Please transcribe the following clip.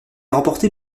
remportée